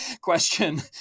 question